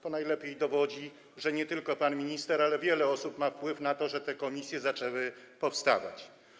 To najlepiej dowodzi, że nie tylko pan minister, ale wiele osób ma wpływ na to, że te komisje zaczęły powstawać.